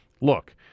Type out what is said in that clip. Look